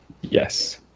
Yes